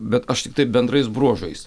bet aš tiktai bendrais bruožais